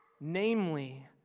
Namely